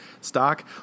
stock